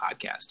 podcast